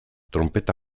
tronpeta